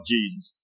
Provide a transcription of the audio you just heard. Jesus